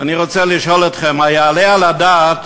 אני רוצה לשאול אתכם: היעלה על הדעת